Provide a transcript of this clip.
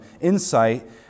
insight